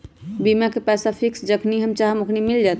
बीमा के पैसा फिक्स जखनि चाहम मिल जाएत?